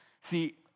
See